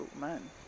man